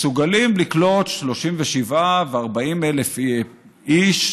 מסוגלים לקלוט 37,000 ו-40,000 איש,